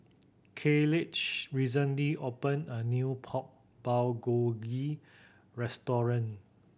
Kayleigh recently opened a new Pork Bulgogi Restaurant